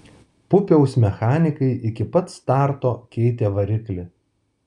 pupiaus mechanikai iki pat starto keitė variklį